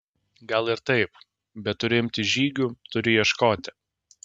gal ir taip bet turiu imtis žygių turiu ieškoti